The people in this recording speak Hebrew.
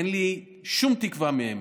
אין לי שום תקווה מהם.